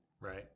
Right